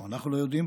או אנחנו לא יודעים,